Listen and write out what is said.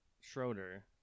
Schroeder